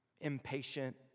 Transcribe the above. impatient